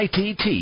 ITT